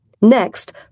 Next